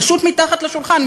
פשוט מתחת לשולחן,